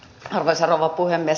arvoisa rouva puhemies